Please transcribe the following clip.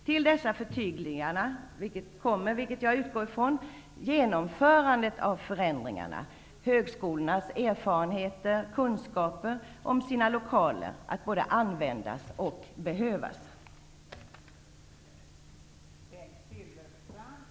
Till dessa förtydliganden vill jag lägga att jag utgår från att vid genomförandet av förändringarna kommer högskolornas erfarenheter av och kunskaper om de egna lokalerna att både behövas och komma till användning.